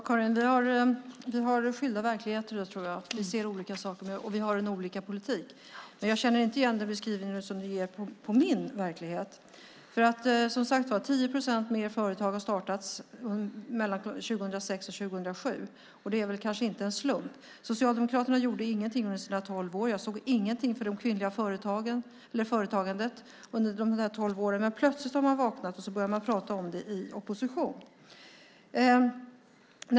Herr talman! Vi har skilda verklighetsuppfattningar tror jag, Karin Åström. Vi ser olika saker, och vi för en annorlunda politik. Men jag känner inte igen den beskrivning som du ger av min verklighet. 10 procent fler företag har startats 2006-2007. Det är kanske inte en slump. Socialdemokraterna gjorde ingenting under sina tolv år. Jag såg ingenting för det kvinnliga företagandet under dessa tolv, men nu har man plötsligt vaknat och börjat prata om det i opposition.